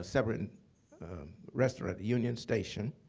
ah severn restaurant, union station,